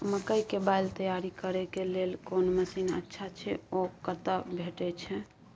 मकई के बाईल तैयारी करे के लेल कोन मसीन अच्छा छै ओ कतय भेटय छै